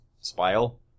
spile